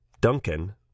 Duncan